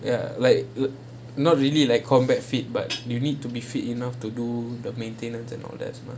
ya like not really like combat fit but you need to be fit enough to do the maintenance and all that